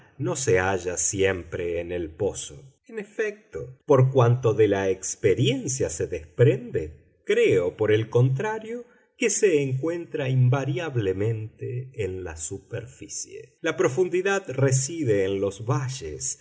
no se halla siempre en el pozo en efecto por cuanto de la experiencia se desprende creo por el contrario que se encuentra invariablemente en la superficie la profundidad reside en los valles